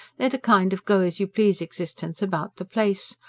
led a kind of go-as-you-please existence about the place,